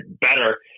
better